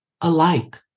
alike